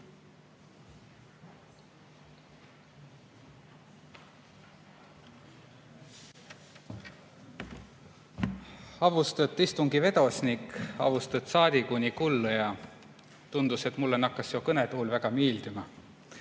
Avvustet istungi vedosnik! Avvustet saadiku ni kullõja! Tundus, et mullõ nakas seo kõnetool väga miildümä.